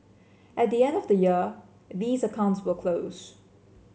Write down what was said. at the end of the year these accounts will close